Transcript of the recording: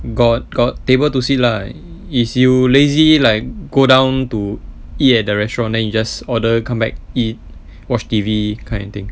got got table to sit lah is you lazy like go down to eat at a restaurant then you just order come back eat watch T_V kind of thing